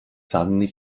suddenly